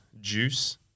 juice